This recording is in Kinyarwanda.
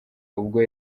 ubwo